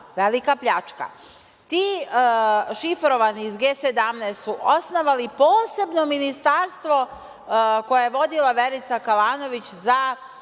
velika pljačka. Ti šifrovani iz G17 su osnovali posebno ministarstvo koje je vodila Verica Kalanović za